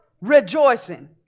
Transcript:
rejoicing